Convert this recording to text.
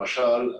למשל,